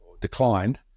declined